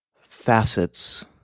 facets